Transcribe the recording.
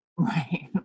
Right